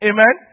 Amen